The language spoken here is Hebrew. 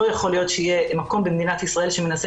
לא יכול להיות שיהיה מקום במדינת ישראל שמנסה